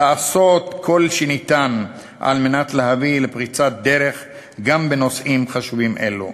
לעשות כל שניתן על מנת להביא לפריצת דרך גם בנושאים חשובים אלו.